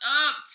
up